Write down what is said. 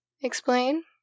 Explain